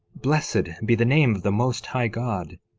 blessed be the name of the most high god!